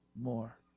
more